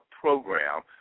program